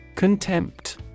Contempt